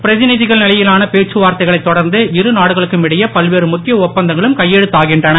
பிரதிந்திகள் நிலையிலான பேச்சுவார்த்தைகளை தொடர்ந்து இரு நாடுகளுக்கும் இடையே பல்வேறு முக்கிய ஒப்பந்தங்களும் கையெழுத்தாகின்றன